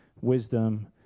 wisdom